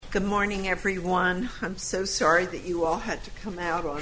good morning everyone i'm so sorry that you all had to come out o